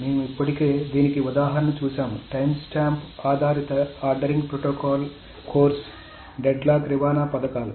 మేము ఇప్పటికే దీనికి ఒక ఉదాహరణ చూశాము టైమ్స్టాంప్ ఆధారిత ఆర్డరింగ్ ప్రోటోకాల్లు కోర్సు డెడ్ లాక్ నివారణ పథకాలు